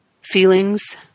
feelings